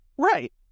Right